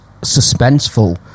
suspenseful